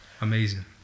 Amazing